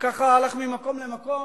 וכך הוא הלך ממקום למקום.